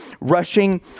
rushing